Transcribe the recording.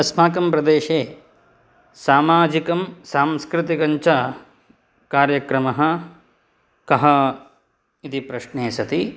अस्माकं प्रदेशे सामाजिकं सांस्कृतिकञ्च कार्यक्रमः कः इति प्रश्ने सति